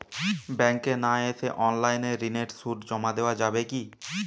ব্যাংকে না এসে অনলাইনে ঋণের সুদ জমা দেওয়া যাবে কি?